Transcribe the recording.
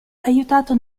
aiutato